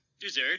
Dessert